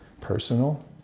personal